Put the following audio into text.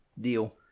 deal